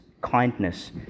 kindness